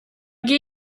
gehe